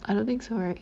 I don't think so right